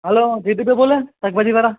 hello Jitubhai બોલે શાકભાજીવાળા